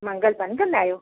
मंगल बदि कंदा आहियो